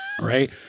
Right